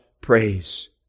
praise